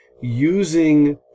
using